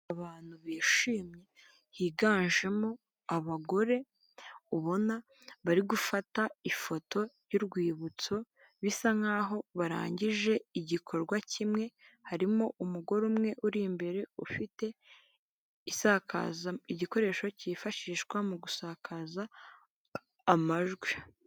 Abantu bishimye higanjemo abagore ubona bari gufata ifoto y'urwibutso bisa nk'aho barangije igikorwa kimwe, harimo umugore umwe uri imbere ufite isakaza, igikoresho cyifashishwa mu gusakaza amajwi.